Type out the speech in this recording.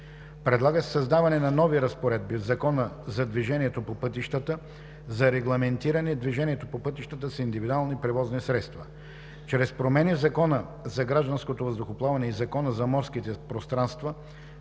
Предлага се създаване на нови разпоредби в Закона за движението по пътищата за регламентиране движението по пътищата с индивидуални превозни средства. Чрез промени в Закона за гражданското въздухоплаване и Закона за морските пространства,